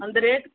அந்த ரேட்